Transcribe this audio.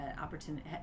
opportunity